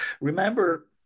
Remember